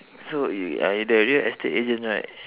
so you I the real estate agent right